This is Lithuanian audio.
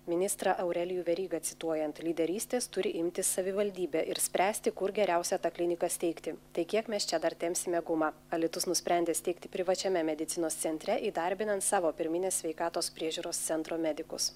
ministrą aurelijų verygą cituojant lyderystės turi imtis savivaldybė ir spręsti kur geriausia tą kliniką steigti tai kiek mes čia dar tempsime gumą alytus nusprendė steigti privačiame medicinos centre įdarbinant savo pirminės sveikatos priežiūros centro medikus